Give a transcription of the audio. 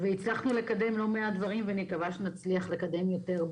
הצלחנו לקדם לא מעט דברים ואני מקווה שנצליח לקדם יותר.